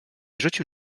rzucił